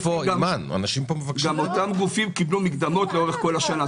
אותם גופים קיבלו מקדמות לאורך כל השנה.